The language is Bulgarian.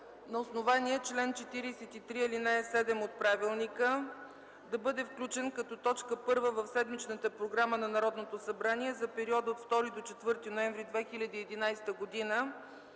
на основание чл. 43, ал. 7 от Правилника да бъде включен като точка първа в седмичната програма на Народното събрание за периода 2-4 ноември 2011 г.